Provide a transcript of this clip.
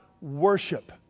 worship